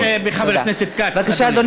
האם אתה תומך בחבר הכנסת כץ, אדוני?